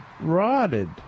rotted